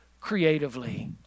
creatively